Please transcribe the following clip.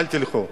אל תלכו,